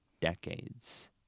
decades